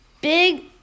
big